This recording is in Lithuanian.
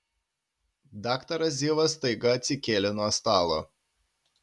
daktaras zivas staiga atsikėlė nuo stalo